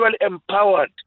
empowered